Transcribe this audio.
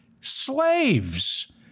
slaves